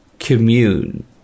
Commune